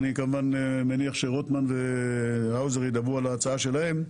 אני מניח שרוטמן והאוזר ידברו על ההצעה שלהם,